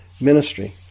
ministry